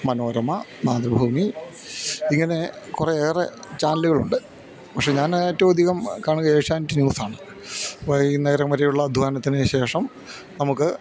മനോരമ മാതൃഭൂമി ഇങ്ങനെ കുറെയേറെ ചാനലുകളുണ്ട് പക്ഷേ ഞാൻ ഏറ്റവുമധികം കാണുക ഏഷ്യാനെറ്റ് ന്യൂസാണ് വൈകുന്നേരം വരെയുള്ള അദ്ധ്വാനത്തിന് ശേഷം നമുക്ക്